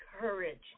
courage